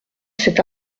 cet